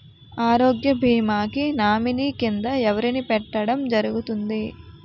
ఆరోగ్య భీమా కి నామినీ కిందా ఎవరిని పెట్టడం జరుగతుంది?